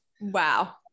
Wow